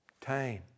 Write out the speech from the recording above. Time